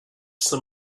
some